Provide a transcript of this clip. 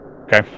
Okay